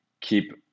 keep